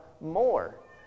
more